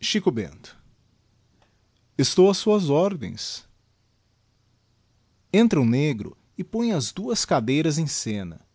xico bento estou ás suas ordens entra um negro e põe as duas cadeiras em scena